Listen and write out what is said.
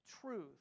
truth